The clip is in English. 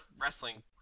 wrestling